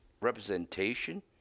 representation